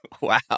Wow